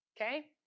Okay